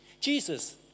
jesus